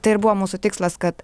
tai ir buvo mūsų tikslas kad